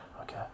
okay